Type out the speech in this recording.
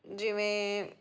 ਜਿਵੇਂ